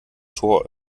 tor